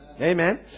amen